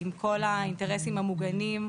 עם כל האינטרסים המעוגנים,